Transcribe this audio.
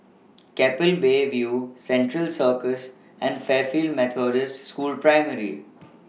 Keppel Bay View Central Circus and Fairfield Methodist School Primary